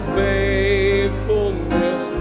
faithfulness